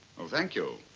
well, thank you.